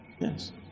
Yes